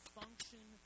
function